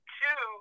two